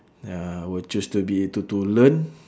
ya I will choose to be to to learn